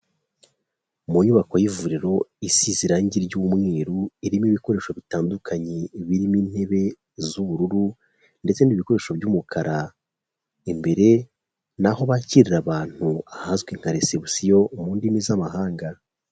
Mu nyubako y'ivuriro isize irangi ry'umweru irimo ibikoresho bitandukanye, birimo intebe z'ubururu ndetse n'ibikoresho by'umukara, imbere ni aho bakirira abantu ahazwi nka resebusiyo mu ndimi z'amahanga.